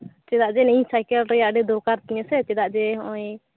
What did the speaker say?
ᱪᱮᱫᱟᱜ ᱡᱮ ᱤᱧ ᱥᱟᱭᱠᱮᱞ ᱨᱮᱭᱟᱜ ᱟᱹᱰᱤ ᱫᱚᱨᱠᱟ ᱛᱤᱧᱟᱹ ᱥᱮ ᱪᱮᱫᱟᱜ ᱡᱮ ᱱᱚᱜᱼᱚᱭ